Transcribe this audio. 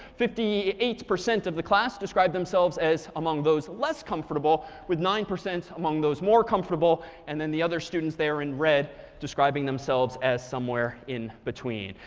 fifty eight percent of the class described themselves as among those less comfortable, with nine percent among those more comfortable, and then the other students there in red describing themselves as somewhere in between.